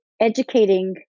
educating